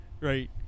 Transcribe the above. Right